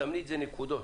תסמני את זה בנקודות,